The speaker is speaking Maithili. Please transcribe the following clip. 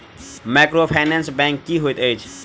माइक्रोफाइनेंस बैंक की होइत अछि?